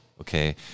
Okay